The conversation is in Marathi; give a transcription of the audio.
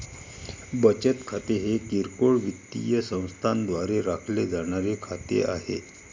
बचत खाते हे किरकोळ वित्तीय संस्थांद्वारे राखले जाणारे खाते आहे